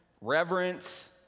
reverence